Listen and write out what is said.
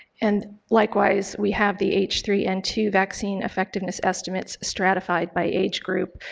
and, likewise, we have the h three n two vaccine effectiveness estimates stratified by age group,